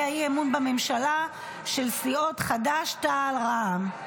אי-אמון בממשלה של סיעות חד"ש-תע"ל ורע"מ.